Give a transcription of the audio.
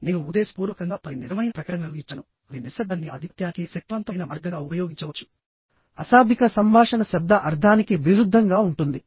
నేను ఉద్దేశపూర్వకంగా పది నిజమైన ప్రకటనలు ఇచ్చానుఅవి నిశ్శబ్దాన్ని ఆధిపత్యానికి శక్తివంతమైన మార్గంగా ఉపయోగించవచ్చుఅశాబ్దిక సంభాషణ శబ్ద అర్థానికి విరుద్ధంగా ఉంటుంది